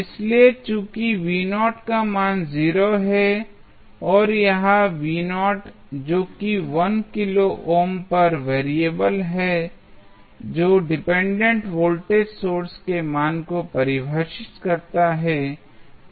इसलिए चूंकि मान 0 है और यह मान जो कि 1 किलो ओम पर वेरिएबल है जो डिपेंडेंट वोल्टेज सोर्स के मान को परिभाषित करता है